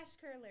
curler